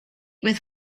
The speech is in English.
with